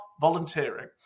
volunteering